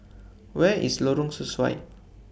Where IS Lorong Sesuai